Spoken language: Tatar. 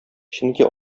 чөнки